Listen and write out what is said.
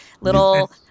little